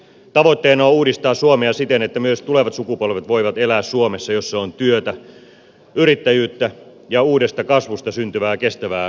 tavoitteena on uudistaa suomea siten että myös tulevat sukupolvet voivat elää suomessa jossa on työtä yrittäjyyttä ja uudesta kasvusta syntyvää kestävää hyvinvointia